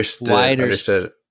wider